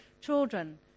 children